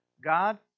God